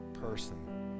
person